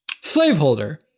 Slaveholder